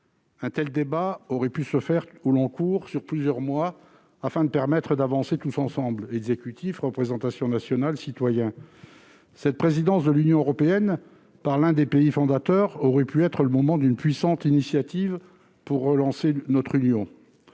Un tel débat aurait pu avoir lieu au long cours, sur plusieurs mois, afin de nous permettre d'avancer tous ensemble : l'exécutif, la représentation nationale et les citoyens. La présidence de l'Union européenne par l'un de ses pays fondateurs aurait pu être l'occasion d'une puissante initiative pour relancer l'Union.